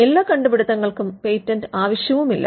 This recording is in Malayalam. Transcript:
എല്ലാ കണ്ടുപിടുത്തങ്ങൾക്കും പേറ്റന്റ് ആവശ്യവുമില്ല